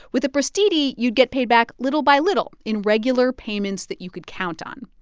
with the prestiti, you'd get paid back little by little in regular payments that you could count on.